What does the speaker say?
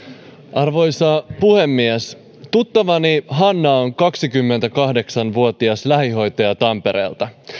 arvoisa puhemies tuttavani hanna on kaksikymmentäkahdeksan vuotias lähihoitaja tampereelta